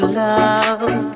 love